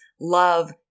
love